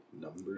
Number